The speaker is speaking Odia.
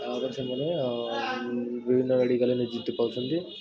ଆଉ ସେମାନେ ବିଭିନ୍ନ ମେଡ଼ିକାଲରେ ନିଯୁକ୍ତି ପାରୁଛନ୍ତି